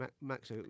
Max